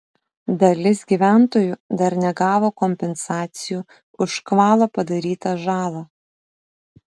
dalis gyventojų dar negavo kompensacijų už škvalo padarytą žalą